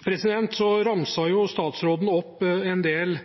Statsråden ramset opp en del